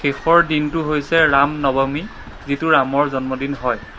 শেষৰ দিনটো হৈছে ৰাম নৱমী যিটো ৰামৰ জন্মদিন হয়